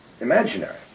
imaginary